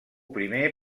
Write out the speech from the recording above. primer